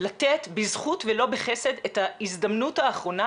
הלוואי ונגיע גם לתכניות ארוכות הטווח בהזדמנות שלצד המשבר של הקורונה,